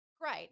great